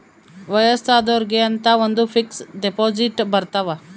ವಯಸ್ಸಾದೊರ್ಗೆ ಅಂತ ಒಂದ ಫಿಕ್ಸ್ ದೆಪೊಸಿಟ್ ಬರತವ